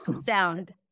sound